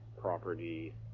property